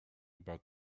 about